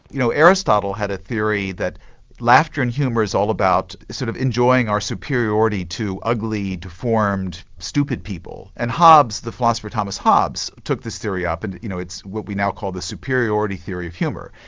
you know aristotle had a theory that laughter and humour is all about sort of enjoying our superiority to ugly, deformed, stupid people. and hobbs, the philosopher thomas hobbs took this theory up and, you know, it's what we now call the superiority theory of humour.